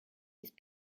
his